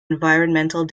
environmental